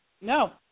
No